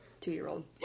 two-year-old